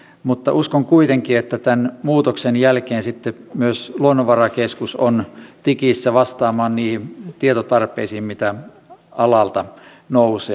mutta uskon kuitenkin että tämän muutoksen jälkeen sitten myös luonnonvarakeskus on tikissä vastaamaan niihin tietotarpeisiin mitä alalta nousee